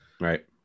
right